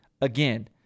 Again